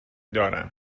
دارم